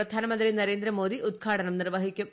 പ്രധാനമന്ത്രി നരേന്ദ്രമോദി ഉദ്ഘാടനം നിർവ്വഹിക്കും